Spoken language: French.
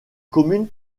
commune